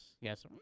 yes